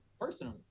personally